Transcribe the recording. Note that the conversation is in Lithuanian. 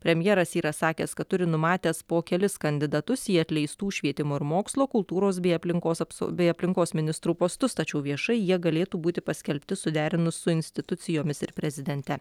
premjeras yra sakęs kad turi numatęs po kelis kandidatus į atleistų švietimo ir mokslo kultūros bei aplinkos apsau bei aplinkos ministrų postus tačiau viešai jie galėtų būti paskelbti suderinus su institucijomis ir prezidente